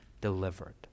delivered